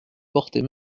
porter